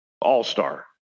all-star